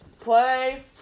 play